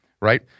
right